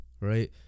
right